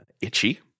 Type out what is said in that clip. itchy